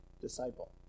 disciple